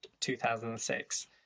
2006